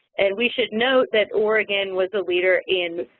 and, we should note that oregon was a leader in